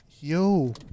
yo